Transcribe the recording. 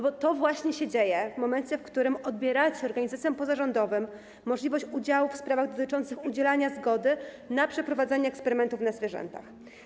Bo to właśnie się dzieje w momencie, kiedy odbieracie organizacjom pozarządowym możliwość udziału w sprawach dotyczących udzielania zgody na przeprowadzanie eksperymentów na zwierzętach.